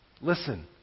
Listen